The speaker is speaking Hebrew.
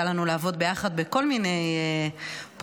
לנו לעבוד ביחד בכל מיני פוזיציות,